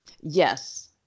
Yes